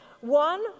One